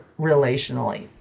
relationally